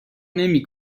نمی